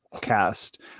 cast